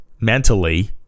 mentally